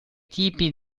tipi